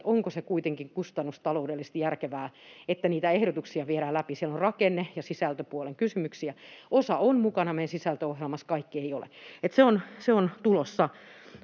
onko se kuitenkin kustannustaloudellisesti järkevää, että niitä ehdotuksia viedään läpi. Siellä on rakenne- ja sisältöpuolen kysymyksiä, ja osa on mukana meidän sisältöohjelmassa, kaikki eivät ole. Että se on tulossa.